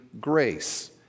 grace